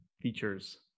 features